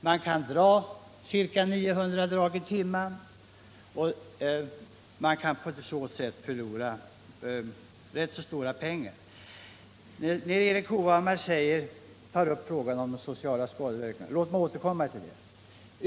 Man kan göra ca 900 drag i timmen och på så sätt snabbt förlora mycket pengar. Erik Hovhammar tog upp frågan om de sociala skadeverkningarna, men låt mig senare återkomma till dem.